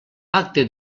pacte